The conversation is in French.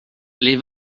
les